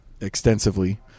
extensively